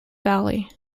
valley